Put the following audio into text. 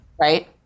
Right